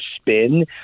spin